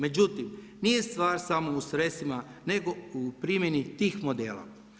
Međutim, nije stvar samo u sredstvima, nego u primjeni tih modela.